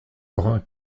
brun